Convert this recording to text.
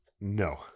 no